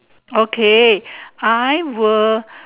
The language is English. okay I will